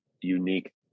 unique